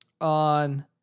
on